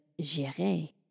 j'irai